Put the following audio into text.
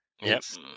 Yes